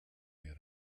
yer